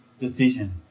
decision